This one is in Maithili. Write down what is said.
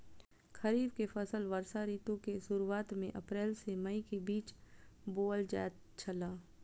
खरीफ के फसल वर्षा ऋतु के शुरुआत में अप्रैल से मई के बीच बौअल जायत छला